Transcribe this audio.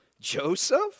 Joseph